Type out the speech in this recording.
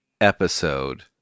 episode